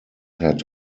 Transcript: had